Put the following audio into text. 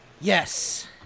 Yes